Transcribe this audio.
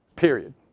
Period